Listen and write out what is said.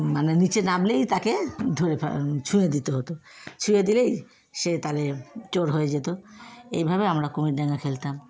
মানে নিচে নামলেই তাকে ধরে ফে ছুঁয়ে দিতে হতো ছুঁয়ে দিলেই সে তাহলে চোর হয়ে যেতো এইভাবে আমরা কুমির ডাঙা খেলতাম